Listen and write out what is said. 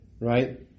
right